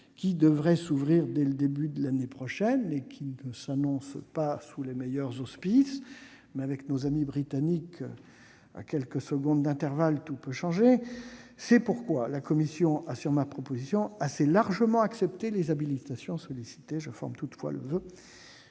qui devrait s'ouvrir dès le début de l'année prochaine et qui ne s'annonce pas sous les meilleurs auspices- mais, avec nos amis britanniques, tout peut changer à quelques secondes d'intervalle ... C'est pourquoi la commission a, sur ma proposition, assez largement accepté les habilitations sollicitées. Je forme toutefois le voeu